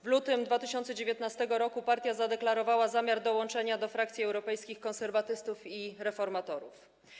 W lutym 2019 r. partia zadeklarowała zamiar dołączenia do frakcji Europejskich Konserwatystów i Reformatorów.